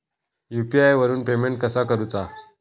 UPI वरून payment कसा करूचा?